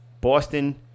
Boston